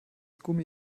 gummi